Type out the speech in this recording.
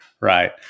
right